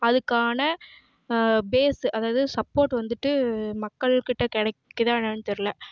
அதுக்கான பேஸ்ஸு அதாவது சப்போட்டு வந்துட்டு மக்கள் கிட்ட கிடைக்கிதா என்னன்னு தெரில